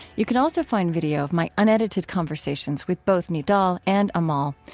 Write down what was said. you can also find video of my unedited conversations with both nidal and amahl.